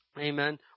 amen